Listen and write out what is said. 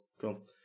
cool